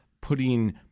putting